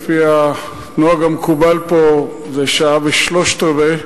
לפי הנוהג המקובל פה זה שעה ושלושה-רבעים,